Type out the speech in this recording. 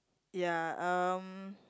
ya um